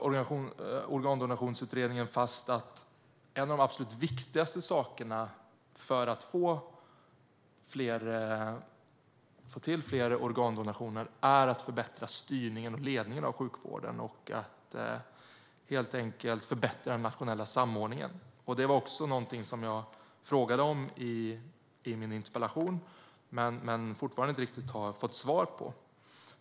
Organdonationsutredningen slog fast att en av de absolut viktigaste sakerna för att få till fler organdonationer är att förbättra styrningen och ledningen av sjukvården och att helt enkelt förbättra den nationella samordningen. Det var också någonting som jag frågade om i min interpellation men fortfarande inte har fått något riktigt svar på.